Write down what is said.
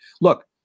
Look